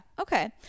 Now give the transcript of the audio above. okay